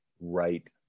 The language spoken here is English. right